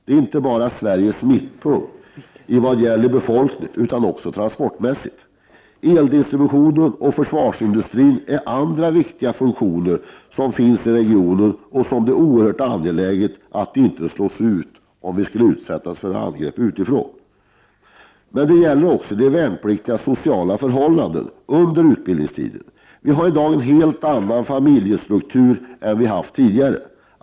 Det är inte bara Sveriges mittpunkt i vad gäller befolkning utan också transportmässigt. Eldistribution och försvarsindustri är andra viktiga funktioner som finns i regionen. Det är oerhört angeläget att de inte slås ut om vi skulle utsättas för angrepp utifrån. Det gäller även de värnpliktigas sociala förhållanden under utbildningstiden. Vi har i dag en helt annan familjestruktur än vi har haft tidigare.